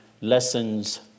lessons